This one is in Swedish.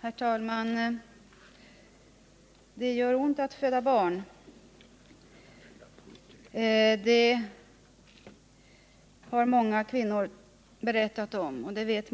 Herr talman! Det gör ont att föda barn. Många kvinnor vet om detta och har berättat om det.